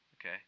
okay